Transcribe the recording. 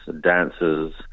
dancers